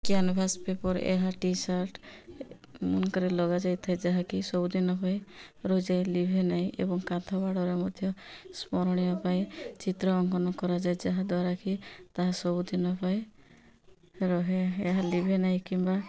canvas paper ଏହା t-shirt ମନକରେ ଲଗାଯାଇଥାଏ ଯାହାକି ସବୁଦିନ ପାଇଁ ରୁଯାଏ ଲିଭେ ନାହିଁ ଏବଂ କାନ୍ଥ ବାଡ଼ରେ ମଧ୍ୟ ସ୍ମରଣୀୟ ପାଇଁ ଚିତ୍ର ଅଙ୍କନ କରାଯାଏ ଯାହାଦ୍ୱାରା କି ତାହା ସବୁଦିନ ପାଇଁ ରହେ ଏହା ଲିଭେ ନାହିଁ କିମ୍ବା